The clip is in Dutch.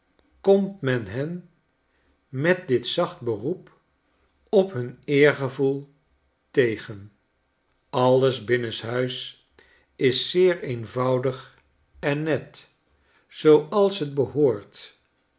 komt men hen met dit zacht beroep op hun eergevoel tegen alles binnenshuis is zeer eenvoudig en net zooals het behoort